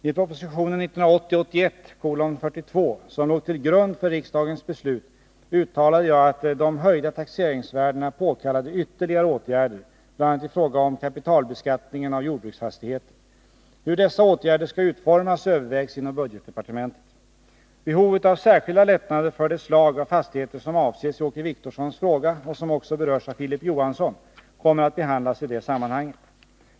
I proposition 1980/81:42, som låg till grund för riksdagens beslut, uttalade jag att de höjda taxeringsvärdena påkallade ytterligare åtgärder, bl.a. i fråga om kapitalbeskattningen av jordbruksfastigheter. Hur dessa åtgärder skall utformas övervägs inom budgetdepartementet. Behovet av särskilda lättnader för det slag av fastigheter som avses i Åke Wictorssons fråga och som också berörs av Filip Johansson kommer att behandlas i det sammanhanget.